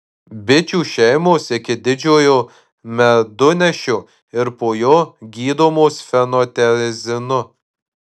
bičių šeimos iki didžiojo medunešio ir po jo gydomos fenotiazinu